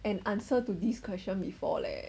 an answer to this question before leh